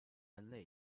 人类